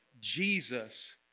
Jesus